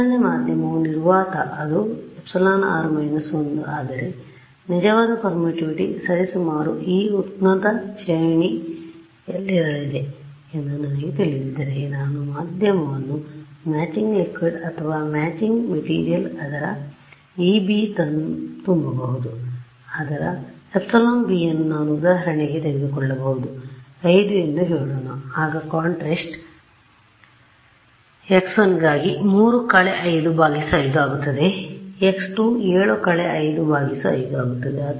ಆದ್ದರಿಂದ ಹಿನ್ನೆಲೆ ಮಾಧ್ಯಮವು ನಿರ್ವಾತ ಅದು εr − 1 ಆದರೆ ನಿಜವಾದ ಪರ್ಮಿಟಿವಿಟಿ ಸರಿಸುಮಾರು ಈ ಉನ್ನತ ಶ್ರೇಣಿಯಲ್ಲಿರಲಿದೆ ಎಂದು ನನಗೆ ತಿಳಿದಿದ್ದರೆ ನಾನು ಮಾಧ್ಯಮವನ್ನು ಮ್ಯಾಚಿಂಗ್ ಲಿಕ್ವಿಡ್ ಅಥವಾ ಮ್ಯಾಚಿಂಗ್ ಮೆಟಿರಿಯಲ್ ಅದರ εb ತುಂಬಬಹುದು ಅದರ εb ಅನ್ನು ನಾನು ಉದಾಹರಣೆಗೆ ತೆಗೆದುಕೊಳ್ಳಬಹುದು 5 ಎಂದು ಹೇಳೋಣ ಆಗ ಕೊಂಟ್ರಾಸ್ಟ್ ಆದ್ದರಿಂದ x1 ಗಾಗಿ 5 ಆಗುತ್ತದೆ ಮತ್ತು x2 5 ಆಗುತ್ತದೆ